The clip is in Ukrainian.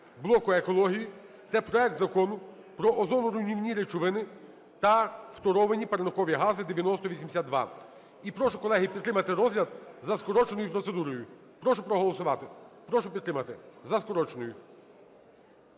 блоку екології. Це проект Закону про озоноруйнівні речовини та фторовані парникові гази (9082). І прошу, колеги, підтримати розгляд за скороченою процедурою. Прошу проголосувати. Прошу підтримати за скороченою.